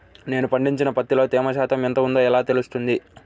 నేను పండించిన పత్తిలో తేమ శాతం ఎంత ఉందో ఎలా తెలుస్తుంది?